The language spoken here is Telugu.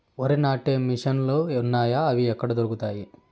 వరి నాటే మిషన్ ను లు వున్నాయా? అవి ఎక్కడ దొరుకుతాయి?